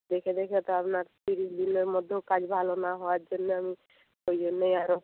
দেখে দেখে তো আপনার ত্রিশ দিনের মধ্যেও কাজ ভালো না হওয়ার জন্য আমি ওই জন্যই আরও